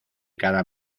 cada